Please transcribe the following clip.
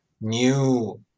new